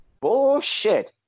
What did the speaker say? Bullshit